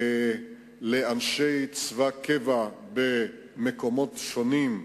לאנשי צבא קבע במקומות שונים,